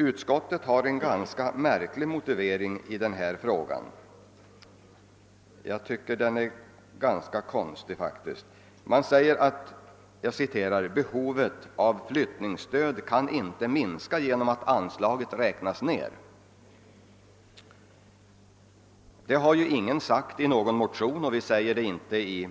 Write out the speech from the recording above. Utskottet har på denna punkt en ganska märklig motivering för sin uppfattning. Man skriver nämligen följande: »Behovet av flyttningsstöd kan inte minska genom att anslaget räknas ner.» Det har ingen påstått i någon av motionerna och vi gör det inte heller i